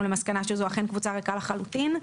למסקנה שזו אכן קבוצה ריקה לחלוטין.